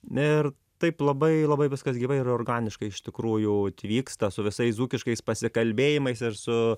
ir taip labai labai viskas gyvai ir organiškai iš tikrųjų vyksta su visais dzūkiškais pasikalbėjimais ir su